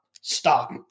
stop